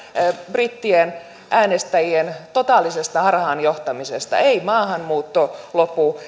brittien äänestäjien totaalisesta harhaanjohtamisesta ei maahanmuutto lopu